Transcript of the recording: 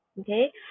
okay